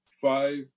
five